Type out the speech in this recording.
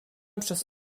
przez